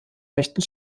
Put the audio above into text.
rechten